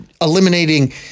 eliminating